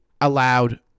allowed